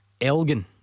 Elgin